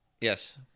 Yes